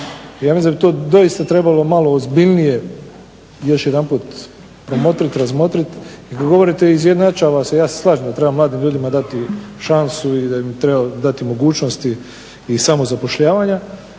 Ja mislim da bi to doista trebalo malo ozbiljnije još jedanput promotrit, razmotrit. Govorite izjednačava se, ja se slažem da treba mladim ljudima dati šansu i da im treba dati mogućnosti i samozapošljavanja.